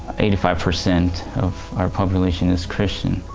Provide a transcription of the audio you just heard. eighty five percent of our population is christian.